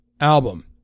album